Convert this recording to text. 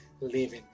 living